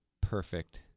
perfect